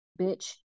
Bitch